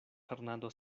fernando